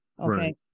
Okay